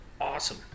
awesome